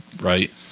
right